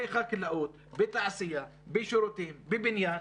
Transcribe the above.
בחקלאות, בתעשייה, בשירותים, בבניין,